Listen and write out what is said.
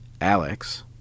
Alex